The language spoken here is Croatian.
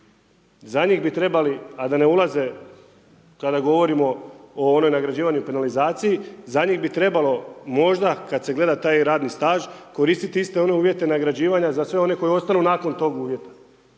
Za njih bi trebali a da ne ulaze kada govorim o onoj nagrađivanoj penalizaciji, za njih bi trebalo možda kad se gleda taj radni staž, koristiti iste one uvjete nagrađivanja za sve one koji ostanu nakon tog uvjeta